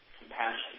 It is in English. compassion